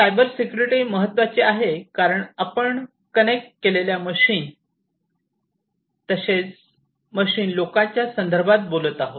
cyber security महत्त्वाचे आहे कारण आपण कनेक्ट असलेल्या मशीन मशीन तसेच लोकांच्या संदर्भात बोलत आहोत